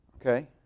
okay